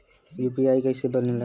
UPI कईसे बनेला?